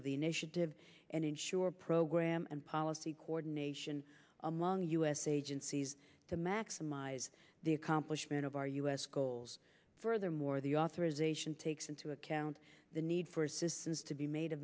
of the initiative and ensure program and policy coordination among u s agencies to maximize the accomplishment of our u s goals furthermore the authorization takes into account the need for assistance to be made